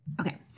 Okay